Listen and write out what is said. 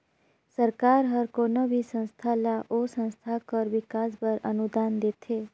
सरकार हर कोनो भी संस्था ल ओ संस्था कर बिकास बर अनुदान देथे